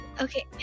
Okay